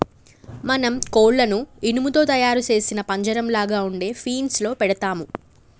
మనం కోళ్లను ఇనుము తో తయారు సేసిన పంజరంలాగ ఉండే ఫీన్స్ లో పెడతాము